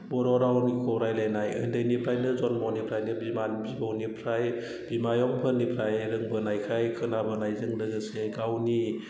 बर' रावनिखौ रायज्लायनाय उन्दैनिफ्रायनो जोनोमनिफ्रायनो बिमा बिबौनिफ्राय बिमायंमोननिफ्राय रोंबोनायखाय खोनाबोनायजों लोगोसे गावनि